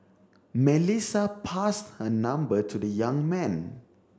Melissa passed her number to the young man